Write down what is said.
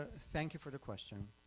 thank you for the question,